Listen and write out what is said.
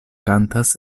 kantas